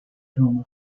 roma